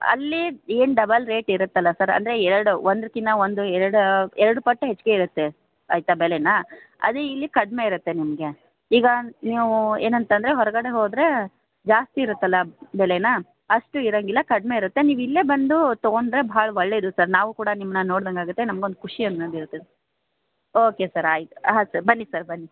ಅಲ್ಲಿ ಏನು double rate ಇರುತಲ್ವ ಸರ್ ಅಂದರೆ ಎರಡು ಒಂದ್ರಕಿಂತ ಒಂದು ಎರಡು ಎರಡು ಪಟ್ಟು ಹೆಚ್ಚಿಗೆ ಇರುತ್ತೆ ಆಯ್ತಾ ಬೆಲೇನ ಅದು ಇಲ್ಲಿ ಕಡಿಮೆ ಇರುತ್ತೆ ನಿಮಗೆ ಈಗ ನೀವು ಏನಂತಂದರೆ ಹೊರಗಡೆ ಹೋದರೆ ಜಾಸ್ತಿ ಇರುತ್ತಲ್ಲ ಬೆಲೇನ ಅಷ್ಟು ಇರೋಂಗಿಲ್ಲ ಕಡಿಮೆ ಇರುತ್ತೆ ನೀವು ಇಲ್ಲೇ ಬಂದು ತೊಗೊಂಡರೆ ಭಾಳ ಒಳ್ಳೆಯದು ಸರ್ ನಾವೂ ಕೂಡ ನಿಮ್ಮನ್ನ ನೋಡ್ದಂಗೆ ಆಗುತ್ತೆ ನಮ್ಗೆ ಒಂದು ಖುಷಿ ಅನ್ನೋದಿರುತ್ತೆ ಓಕೆ ಸರ್ ಆಯ್ತು ಹಾಂ ಸರ್ ಬನ್ನಿ ಸರ್ ಬನ್ನಿ